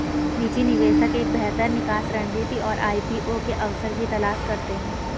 निजी निवेशक एक बेहतर निकास रणनीति और आई.पी.ओ के अवसर की तलाश करते हैं